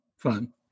fun